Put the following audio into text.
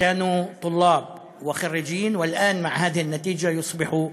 הם היו סטודנטים ובוגרים, ועכשיו, עם התוצאה הזאת,